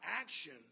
action